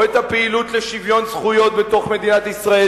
או את הפעילות לשוויון זכויות בתוך מדינת ישראל,